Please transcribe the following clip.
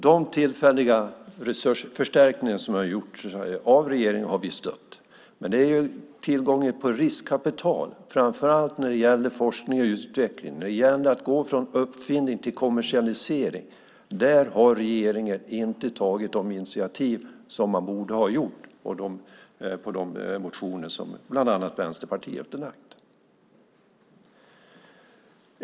De tillfälliga resursförstärkningar som har gjorts av regeringen har vi stött. Men när det gäller tillgången på riskkapital, framför allt för forskning och utveckling, och att gå från uppfinning till kommersialisering har regeringen inte tagit de initiativ som man borde ha gjort enligt de motioner som bland annat Vänsterpartiet har väckt.